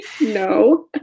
No